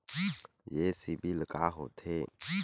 ये सीबिल का होथे?